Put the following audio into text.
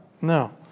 no